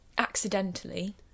accidentally